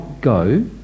go